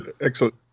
Excellent